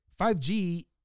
5G